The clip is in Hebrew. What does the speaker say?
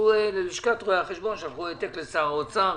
לשכת רואי החשבון שלחו העתק לשר האוצר,